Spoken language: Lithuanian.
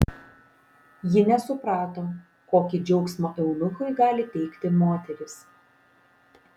ji nesuprato kokį džiaugsmą eunuchui gali teikti moterys